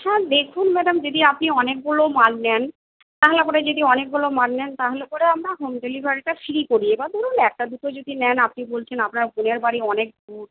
হ্যাঁ দেখুন ম্যাডাম যদি আপনি অনেকগুলো মাল নেন তাহলে পরে যদি অনেকগুলো মাল নেন তাহলে পরে আমরা হোম ডেলিভারিটা ফ্রি করি এবার ধরুন একটা দুটো যদি নেন আপনি বলছেন আপনার বোনের বাড়ি অনেক দূর